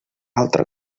altre